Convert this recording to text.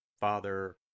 Father